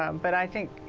um but i think,